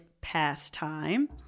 pastime